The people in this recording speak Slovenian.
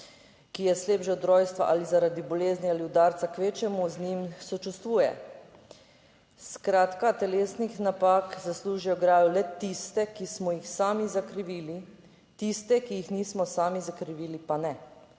ki je slep že od rojstva ali zaradi bolezni ali udarca, kvečjemu z njim sočustvuje. Skratka, telesnih napak zaslužijo grajo le tiste, ki smo jih sami zakrivili, tiste, ki jih nismo sami zakrivili, pa ne.